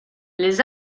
les